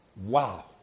Wow